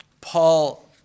Paul